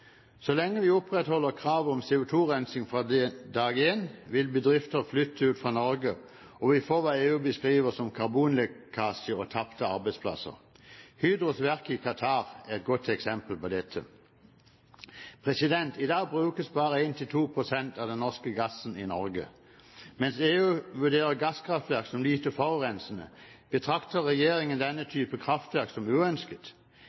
Så lenge vi opprettholder kravet om CO2-rensing fra dag én, vil bedrifter flytte ut fra Norge, og vi får hva EU beskriver som karbonlekkasje og tapte arbeidsplasser. Hydros verk i Qatar er et godt eksempel på dette. I dag brukes bare 1–2 pst. av den norske gassen i Norge. Mens EU vurderer gasskraftverk som lite forurensende, betrakter regjeringen denne type kraftverk som uønsket.